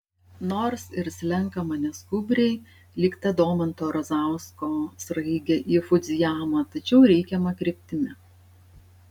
nors ir slenkama neskubriai lyg ta domanto razausko sraigė į fudzijamą tačiau reikiama kryptimi